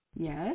Yes